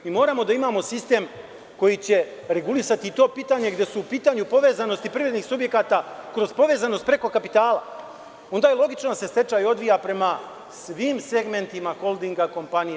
Mi moramo da imamo sistem koji će regulisati to pitanje gde su u pitanju povezanosti privrednih subjekata kroz povezanost preko kapitala i onda je logično da se stečaj odvija prema svim segmentima, holdinga, kompanija.